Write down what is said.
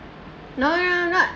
no no not